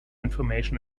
information